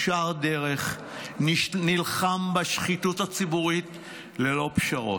ישר דרך, נלחם בשחיתות הציבורית ללא פשרות,